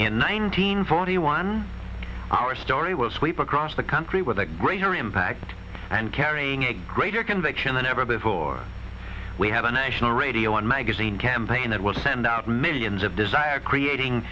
in nineteen forty one our story will sweep across the country with a greater impact and carrying a greater conviction than ever before we have a national radio and magazine campaign that will send out millions of desire creating